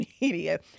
media